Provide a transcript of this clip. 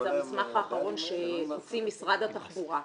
וזה המסמך האחרון שהוציא משרד התחבורה.